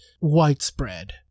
widespread